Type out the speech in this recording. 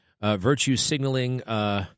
virtue-signaling